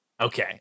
Okay